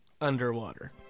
underwater